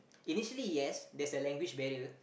initially yes there's a language barrier